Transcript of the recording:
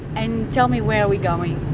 and tell me, where are we going?